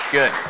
Good